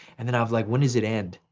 and then i have like, when does it end?